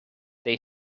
they